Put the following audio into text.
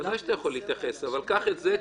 ודאי שאתה יכול להתייחס, אבל קח את זה.